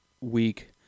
week